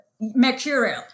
mercurial